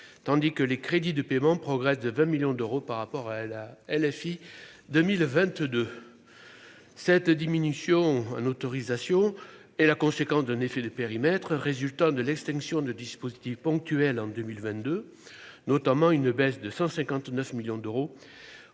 tandis que les crédits de paiement progresse de 20 millions d'euros par rapport à elle a LFI 2022 cette diminution en autorisations et la conséquence d'un effet de périmètre, résultats de l'extinction de dispositifs ponctuels en 2022, notamment une baisse de 159 millions d'euros